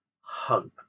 hope